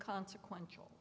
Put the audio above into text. consequential